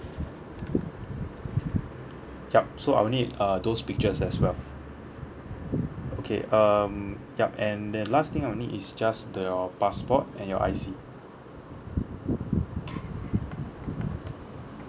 ya so I will need uh those pictures as well okay um ya and the last thing I will need is just th~ your passport and your I_C